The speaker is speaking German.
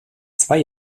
zwei